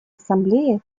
ассамблеи